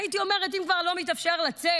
הייתי אומרת, אם כבר לא מתאפשר לצאת